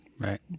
Right